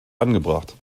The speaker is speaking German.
angebracht